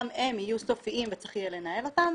גם הם יהיו סופיים וצריך יהיה לנהל אותם.